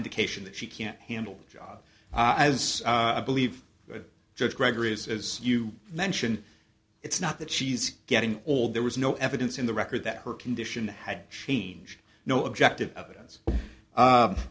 indication that she can't handle job as i believe the judge gregory is as you mention it's not that she's getting old there was no evidence in the record that her condition had changed no objective evidence